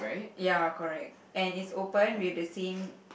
ya correct and it's open with the same